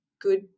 good